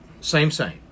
same-same